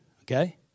okay